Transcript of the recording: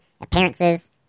appearances